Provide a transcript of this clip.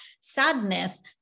sadness